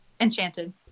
Enchanted